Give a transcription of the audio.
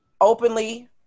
openly